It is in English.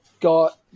got